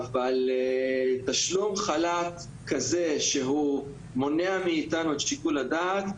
אבל תשלום חל"ת כזה שהוא מונע מאיתנו את שיקול הדעת,